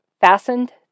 fastened